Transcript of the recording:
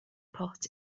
pot